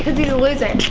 cause he's a loser.